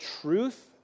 truth